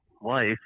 wife